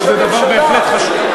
וזה דבר בהחלט חשוב.